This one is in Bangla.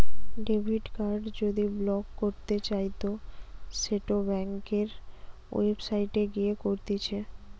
ডেবিট কার্ড যদি ব্লক করতে চাইতো সেটো ব্যাংকের ওয়েবসাইটে গিয়ে করতিছে